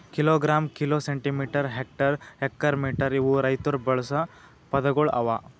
kilogram, kilo, centimetre, hectare, acre, metre ಇವು ರೈತುರ್ ಬಳಸ ಪದಗೊಳ್ ಅವಾ